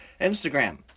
Instagram